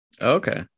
okay